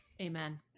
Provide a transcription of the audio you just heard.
amen